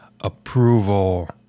approval